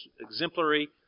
exemplary